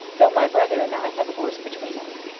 though my brother and i have a horse between us.